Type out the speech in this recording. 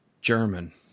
German